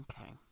okay